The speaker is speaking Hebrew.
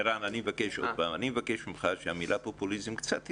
ערן, אני מבקש ממך שהמילה פופוליזם קצת תרד.